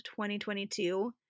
2022